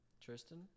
Tristan